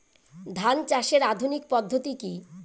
ধান চাষের আধুনিক পদ্ধতি কি?